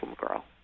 girl